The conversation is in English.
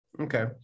okay